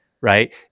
Right